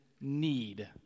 need